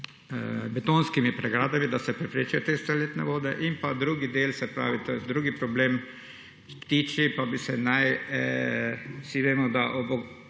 betonskimi pregradami, da se preprečijo te stoletne vode, in pa drugi del, se pravi, to je drugi problem, s ptiči pa bi se naj, vsi vemo, da ob